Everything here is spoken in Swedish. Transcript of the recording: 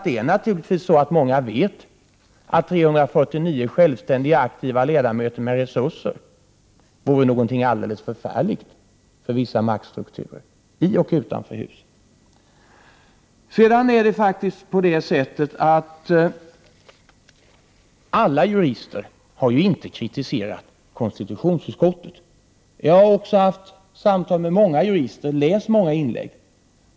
Det är naturligtvis så att många vet att 349 självständiga, aktiva ledamöter med resurser vore någonting alldeles förfärligt för vissa maktstrukturer i och utanför huset. Sedan är det faktiskt på det sättet att alla jurister inte har kritiserat konstitutionsutskottet. Jag har haft samtal med många jurister och läst många inlägg.